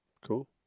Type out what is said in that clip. Cool